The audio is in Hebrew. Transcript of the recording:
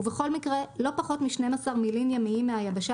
ובכל מקרה לא פחות מ-12 מילין ימיים מהיבשה